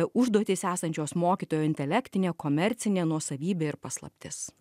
užduotys esančios mokytojo intelektinė komercinė nuosavybė ir paslaptis